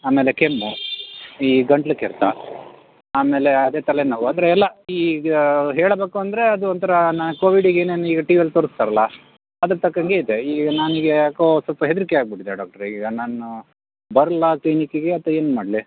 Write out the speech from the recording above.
ಆಮೇಲೆ ಕೆಮ್ಮು ಈ ಗಂಟ್ಲು ಕೆರೆತ ಆಮೇಲೆ ಅದೆ ತಲೆ ನೋವು ಅಂದರೆ ಎಲ್ಲ ಈಗ ಹೇಳ್ಬೇಕು ಅಂದರೆ ಅದು ಒಂಥರ ನನ್ಗೆ ಕೋವಿಡಿಗೆ ಏನೇನು ಈಗ ಟಿವಿಲಿ ತೋರಸ್ತಾರಲ್ಲ ಅದ್ರ ತಕ್ಕಂಗೆ ಇದೆ ಈ ನಾನೀಗ ಯಾಕೋ ಸ್ವಲ್ಪ ಹೆದರಿಕೆ ಆಗ್ಬಿಟ್ಟಿದೆ ಡಾಕ್ಟ್ರೆಈಗ ನಾನು ಬರಲಾ ಕ್ಲಿನಿಕ್ಕಿಗೆ ಅಥ್ವಾ ಏನು ಮಾಡಲಿ